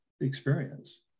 experience